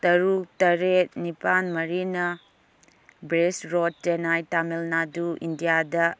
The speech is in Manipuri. ꯇꯔꯨꯛ ꯇꯔꯦꯠ ꯅꯤꯄꯥꯜ ꯃꯔꯤꯅ ꯕ꯭ꯔꯦꯁ ꯔꯣꯗ ꯆꯦꯟꯅꯥꯏ ꯇꯥꯃꯤꯜ ꯅꯥꯗꯨ ꯏꯟꯗꯤꯌꯥꯗ